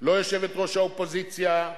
לא יושבת-ראש האופוזיציה,